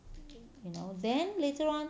you know then later on